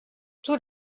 tous